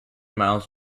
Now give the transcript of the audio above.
miles